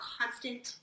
constant